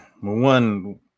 one